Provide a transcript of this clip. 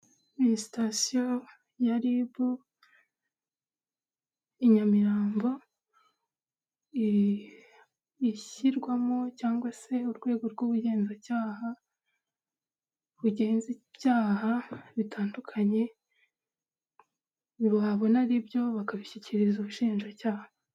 Sitatiyo ya ribu i Nyamirambo ishyirwamo cyangwa se urwego rw'ubugenzacyaha bugenza ibyaha, bitandukanye babona aribyo bakabishyikiriza ubushinjacyaha.